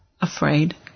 Afraid